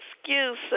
excuse